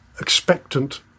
expectant